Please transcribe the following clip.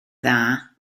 dda